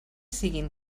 siguin